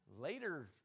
Later